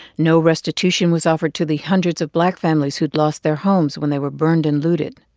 no restitution was offered to the hundreds of black families who'd lost their homes when they were burned and looted.